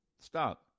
Stop